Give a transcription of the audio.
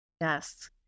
Yes